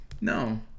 No